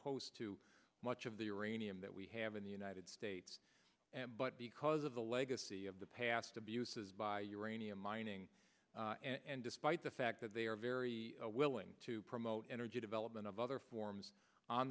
host to much of the uranium that we have in the united states but because of the legacy of the past abuses by uranium mining and despite the fact that they are very willing to promote energy development of other forms on